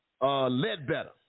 Ledbetter